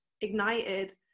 ignited